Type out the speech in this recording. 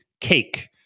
Cake